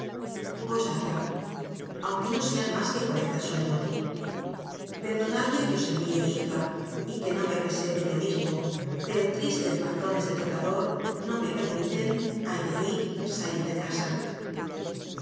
d aunque no sean mas que cuarenta sueldos perdonadme que os envie mi hija y que no me presente yo mis mo pero tristes razones de tocador no me permiten ay de mí salir de casa